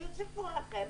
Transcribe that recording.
שיוסיפו לכם,